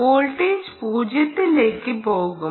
voltage 0 ലേക്ക് പോകും